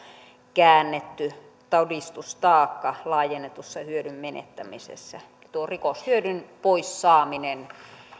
käännetty todistustaakka laajennetussa hyödyn menettämisessä tuo rikoshyödyn pois saaminen